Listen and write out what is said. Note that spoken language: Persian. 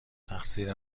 تقصیر